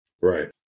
Right